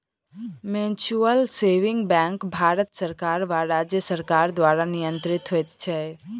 mutual saving bank Bharat सरकार वा राज्य सरकार द्वारा नियंत्रित होइत छै